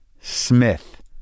Smith